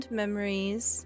memories